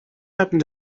happen